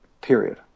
Period